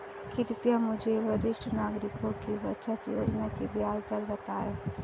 कृपया मुझे वरिष्ठ नागरिकों की बचत योजना की ब्याज दर बताएं